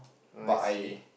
oh I see